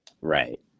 right